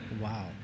Wow